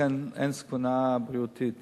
ולכן אין סכנה בריאותית.